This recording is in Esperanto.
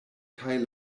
kaj